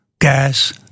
gas